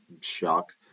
shock